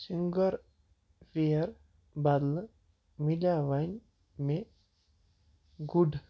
singer وِیر بدلہٕ میلیٛاہ وۅنۍ مےٚ گُڈ